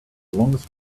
longest